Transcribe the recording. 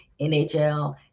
NHL